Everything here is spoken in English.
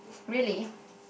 really